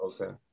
Okay